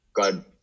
god